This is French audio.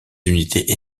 unités